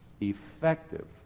effective